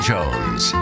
Jones